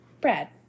brad